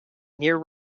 near